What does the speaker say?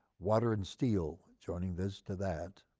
water and steel joining this to that.